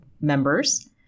members